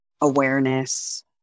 awareness